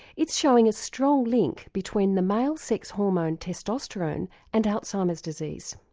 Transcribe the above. it's showing a strong link between the male sex hormone testosterone and alzheimer's disease.